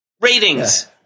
ratings